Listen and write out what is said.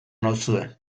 nauzue